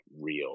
real